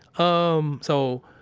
um, so,